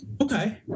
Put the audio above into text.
Okay